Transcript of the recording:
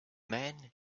man